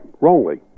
wrongly